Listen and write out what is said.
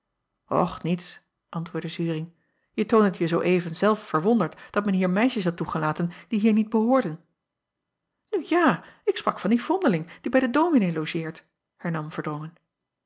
ch niets antwoordde uring je toondet je zoo even zelf verwonderd dat men hier meisjes had toegelaten die hier niet behoorden u ja ik sprak van die vondeling die bij den ominee logeert hernam erdrongen